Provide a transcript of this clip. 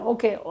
Okay